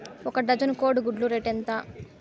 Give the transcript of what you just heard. ఒక డజను కోడి గుడ్ల రేటు ఎంత?